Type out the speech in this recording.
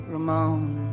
Ramone